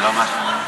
תודה רבה.